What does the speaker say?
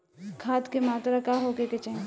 खाध के मात्रा का होखे के चाही?